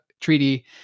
treaty